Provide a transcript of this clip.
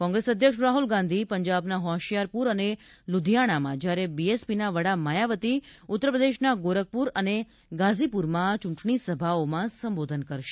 કોંગ્રેસ અધ્યક્ષ રાહુલ ગાંધી પંજાબના હોશિયારપુર અને લુધિયાણામાં જ્યારે બીએસપીના વડા માયાવતી ઉત્તરપ્રદેશના ગોરખપુર અને ગાઝીપુરમાં ચૂંટણી સભાઓમાં સંબોધન કરશે